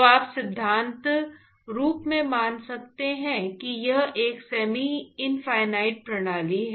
तो आप सिद्धांत रूप में मान सकते हैं कि यह एक सेमी इनफिनिट प्रणाली है